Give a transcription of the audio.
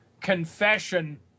confession